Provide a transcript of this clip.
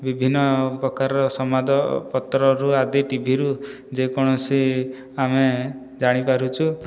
ବିଭିନ୍ନ ପ୍ରକାରର ସମ୍ବାଦ ପତ୍ରରୁ ଆଦି ଟିଭିରୁ ଯେକୌଣସି ଆମେ ଜାଣିପାରୁଛୁ